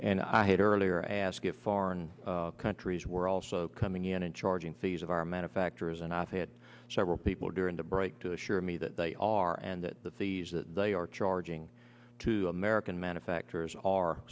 and i had earlier ask of foreign countries we're also coming in and charging fees of our manufacturers and i've had several people during the break to assure me that they are and that the fees that they are charging to american manufacturers are